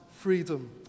freedom